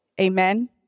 Amen